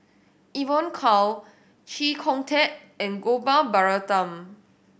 Evon Kow Chee Kong Tet and Gopal Baratham